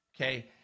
Okay